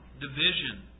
division